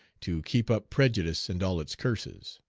to keep up prejudice and all its curses.